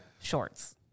shorts